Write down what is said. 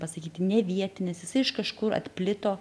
pasakyti ne vietinis jisai iš kažkur atplito